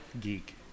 geek